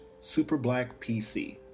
SuperBlackPC